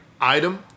item